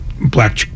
black